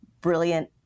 brilliant